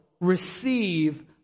receive